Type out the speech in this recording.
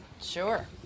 Sure